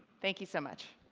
thank you so much